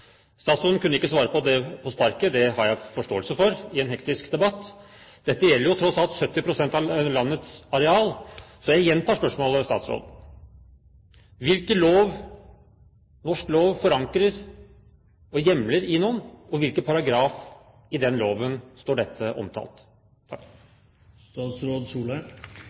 Statsråden kunne ikke svare på det på sparket. Det har jeg forståelse for i en hektisk debatt. Det gjelder tross alt 70 pst. av landets areal, så jeg gjentar spørsmålet, statsråd: I hvilken norsk lov er INON forankret og hjemlet, og i hvilken paragraf i den loven står dette omtalt?